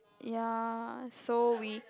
ya so we